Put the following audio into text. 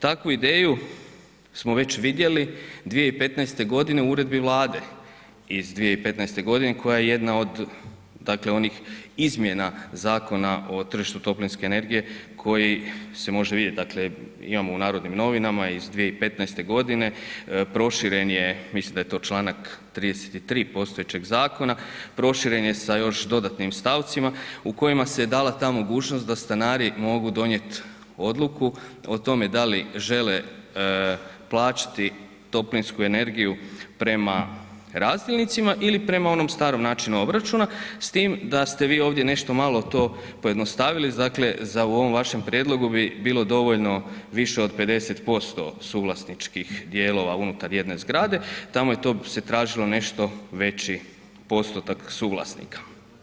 Takvu ideju smo već vidjeli 2015. godine u uredbi vlade iz 2015. godine koja je jedna od dakle onih izmjena Zakona o tržištu toplinske energije koji se može vidjet, dakle imamo u Narodnim novinama iz 2015. godine proširen je mislim da je to Članak 33. postojećeg zakona, proširen je sa još dodatnim stavcima u kojima se je dala ta mogućnost da stanari mogu donijeti odluku o tome da li žele plaćati toplinsku energiju prema razdjelnicima ili prema onom starom načinu obračuna s tim da ste vi ovdje nešto malo to pojednostavili, dakle u ovom vašem prijedlogu bi bilo dovoljno više od 50% suvlasničkih dijelova unutar jedne zgrade, tamo je to se tražilo nešto veći postotak suvlasnika.